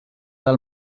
del